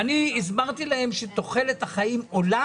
ואני הסברתי להם שתוחלת החיים עולה